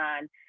on